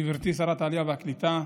גברתי שרת העלייה והקליטה,